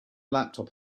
laptop